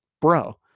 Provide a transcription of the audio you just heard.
Bro